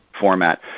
format